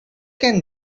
can